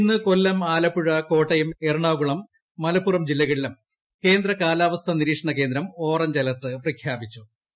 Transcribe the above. ഇന്ന് കൊല്ലം ആലപ്പുഴ കോട്ടയം എറണാകുളം മലപ്പുറം ജില്ലകളിലും കേന്ദ്ര കാലാവസ്ഥാ നിരീക്ഷണ കേന്ദ്രം ഓറഞ്ച് അലർട്ട് പ്രഖ്യാപിച്ചു